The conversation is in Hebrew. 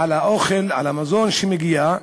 על האוכל, על המזון שמגיע.